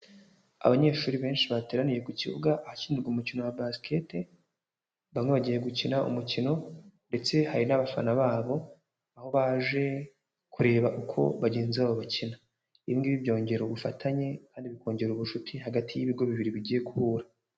Abanyeshuri benshi bateraniye ku kibuga ahakinirwa umukino wa basket, bamwe bagiye gukina umukino ndetse hari n'abafana babo, aho baje kureba uko bagenzi babo bakina. Ibi ngibi byongera ubufatanye kandi bikongera ubucuti hagati y'ibigo bibiri bigiye guhura.